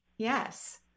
Yes